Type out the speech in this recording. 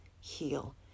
heal